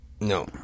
No